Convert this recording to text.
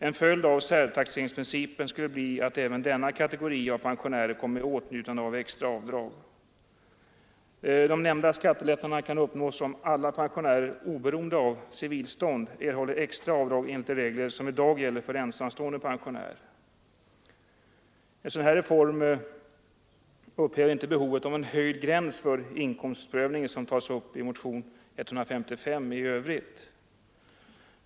En följd av särtaxeringsprincipen skulle bli att även denna kategori av pensionärer kom i åtnjutande av extra avdrag. De nämnda skattelättnaderna kan uppnås om alla pensionärer, oberoende av civil En sådan här reform upphäver inte behovet av en höjd gräns för inkomstprövningen, som också tas upp i motionen 155.